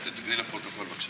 תתקני לפרוטוקול, בבקשה.